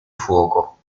fuoco